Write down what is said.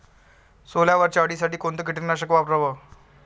सोल्यावरच्या अळीसाठी कोनतं कीटकनाशक वापराव?